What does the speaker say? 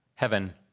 heaven